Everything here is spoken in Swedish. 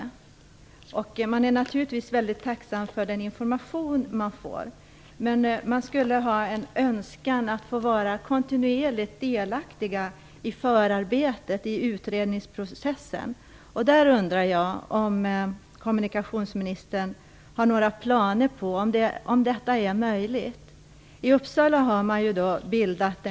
De anhöriga är naturligtvis väldigt tacksamma för den information de får, men de önskar vara kontinuerligt delaktiga i förarbetet, i utredningsprocessen. Därför undrar jag om kommunikationsministern anser att detta är möjligt och om hon har några planer på sådan medverkan från de anhöriga.